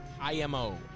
IMO